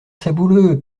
sabouleux